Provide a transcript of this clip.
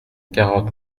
quarante